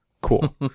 Cool